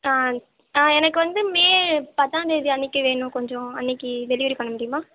ஆ ஆ எனக்கு வந்து மே பத்தாம்தேதி அன்றைக்கி வேணும் கொஞ்சம் அன்றைக்கி டெலிவரி பண்ண முடியுமா